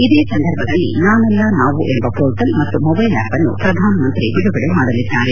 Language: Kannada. ಇದೇ ಸಂದರ್ಭದಲ್ಲಿ ನಾನಲ್ಲ ನಾವು ಎಂಬ ಮೋರ್ಟಲ್ ಮತ್ತು ಮೊಬೈಲ್ ಆ್ಯಪ್ನ್ನು ಪ್ರಧಾನಮಂತ್ರಿ ಬಿಡುಗಡೆ ಮಾಡಲಿದ್ದಾರೆ